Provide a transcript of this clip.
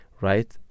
right